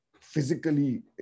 physically